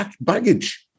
baggage